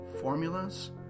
formulas